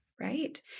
right